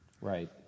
Right